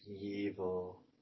evil